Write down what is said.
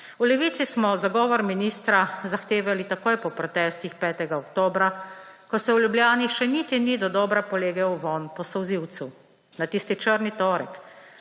V Levici smo zagovor ministra zahtevali takoj po protestih 5. oktobra, ko se v Ljubljani še niti ni dodobra polegel vonj po solzivcu. Na tisti črni torek